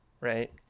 right